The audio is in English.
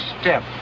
step